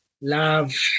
love